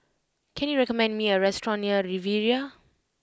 can you recommend me a restaurant near Riviera